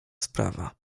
sprawa